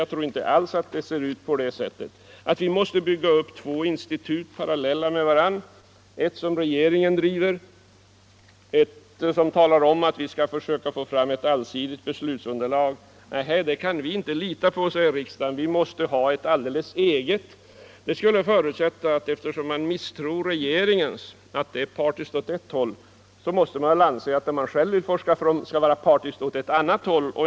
Jag tror inte alls att vi måste bygga upp två institut parallella med varandra. Vi har ett som regeringen driver och som skall försöka få fram ett allsidigt beslutsunderlag. Nej, det kan vi inte lita på, säger riksdagen, vi måste ha ett alldeles eget. Det skulle förutsätta att eftersom man misstror regeringens organ och anser att det är partiskt åt ett håll, så är det man själv föreslår partiskt åt ett annat håll.